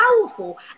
powerful